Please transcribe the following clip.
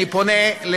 אני פונה אל